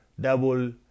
double